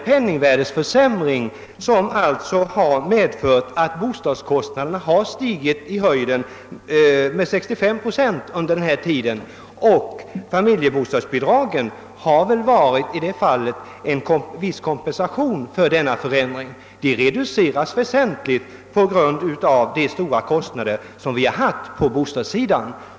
Penningvärdeförsämringen har alltså medfört att bostadskostnaderna har gått i höjden med 65 procent under denna tid. Familjebostadsbidragen har väl varit en viss kompensation för denna höjning, men deras värde reduceras. väsentligt på grund av den stora kostnadsökning som vi har haft på bostadssidan.